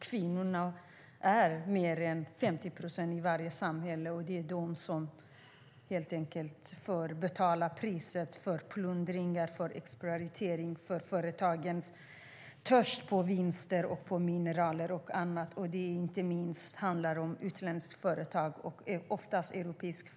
Kvinnorna utgör mer än 50 procent av befolkningen, och det är de som får betala priset för plundringar, exploatering, företagens törst efter vinster i form av mineraler och annat. Inte minst handlar det om utländska företag, ofta europeiska.